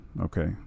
okay